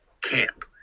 camp